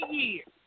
years